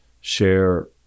share